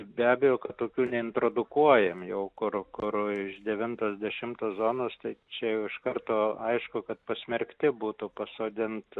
be abejo kad tokių neintrodukuojam jau kur kur iš devintos dešimtos zonos tai čia jau iš karto aišku kad pasmerkti būtų pasodint